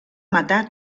matar